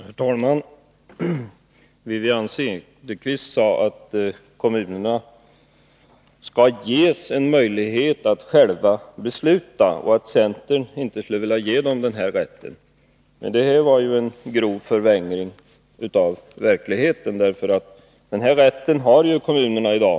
Herr talman! Wivi-Anne Cederqvist sade att kommunerna skall ges möjlighet att själva besluta och att centern inte vill ge dem den rätten. Det var en grov förvrängning av verkligheten. Denna rätt har ju kommunerna i dag.